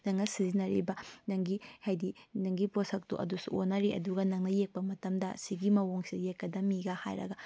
ꯅꯪꯅ ꯁꯤꯖꯤꯟꯅꯔꯤꯕ ꯅꯪꯒꯤ ꯍꯥꯏꯕꯗꯤ ꯅꯪꯒꯤ ꯄꯣꯠꯁꯛꯇꯣ ꯑꯗꯨꯁꯨ ꯑꯣꯟꯅꯔꯤ ꯑꯗꯨꯒ ꯅꯪꯅ ꯌꯦꯛꯄ ꯃꯇꯝꯗ ꯁꯤꯒꯤ ꯃꯑꯣꯡꯁꯦ ꯌꯦꯛꯀꯗꯃꯤꯒꯥ ꯍꯥꯏꯔꯒ